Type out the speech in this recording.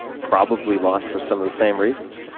probably lost for some of the same reasons.